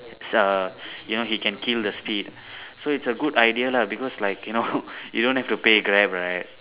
is a you know he can kill the speed so it's a good idea lah because like you know you don't have to pay Grab right